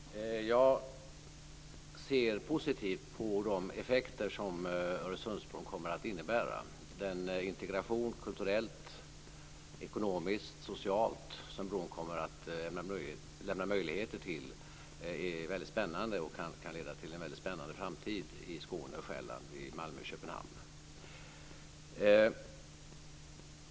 Fru talman! Jag ser positivt på de effekter som Öresundsbron kommer att innebära. Den integration - kulturellt, ekonomiskt och socialt - som bron kommer att lämna möjligheter till är väldigt spännande och kan leda till en väldigt spännande framtid i Skåne, på Själland, i Malmö och i Köpenhamn.